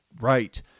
right